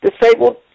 disabled